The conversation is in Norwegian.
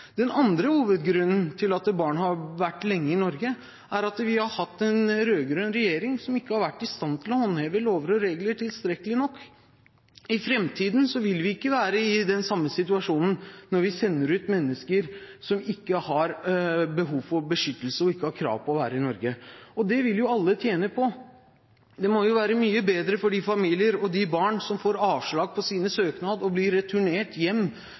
Den andre hovedgrunnen til at barna har vært lenge i Norge, er at vi har hatt en rød-grønn regjering som ikke har vært i stand til å håndheve lover og regler tilstrekkelig. I fremtiden vil vi ikke være i den samme situasjonen – når vi sender ut mennesker som ikke har behov for beskyttelse og ikke har krav på å være i Norge. Det vil alle tjene på. Det må være mye bedre for de familier og de barn som har fått avslag på sin søknad, å bli returnert hjem